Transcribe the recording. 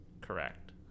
correct